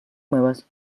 muevas